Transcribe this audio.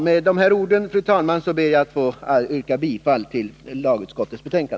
Med dessa ord ber jag att få yrka bifall till utskottets hemställan.